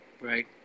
right